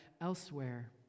elsewhere